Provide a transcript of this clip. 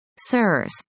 sirs